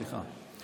סליחה.